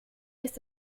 ist